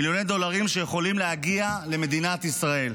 מיליוני דולרים שיכולים להגיע למדינת ישראל.